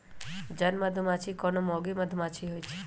जन मधूमाछि कोनो मौगि मधुमाछि होइ छइ